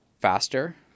faster